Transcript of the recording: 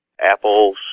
apples